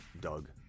Doug